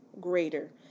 greater